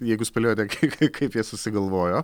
jeigu spėliojote ka ka kaip jie susigalvojo